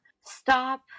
Stop